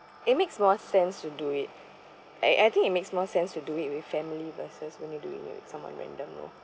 it makes more sense to do it I I think it makes more sense to do it with family versus when you doing with someone random lor